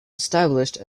established